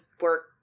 work